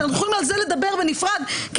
כשאנחנו יכולים על זה לדבר בנפרד כי